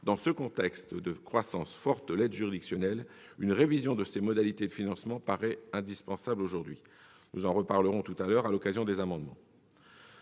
Dans ce contexte de croissance forte de l'aide juridictionnelle, une révision de ses modalités de financement paraît indispensable ; nous en reparlerons à l'occasion de l'examen des amendements.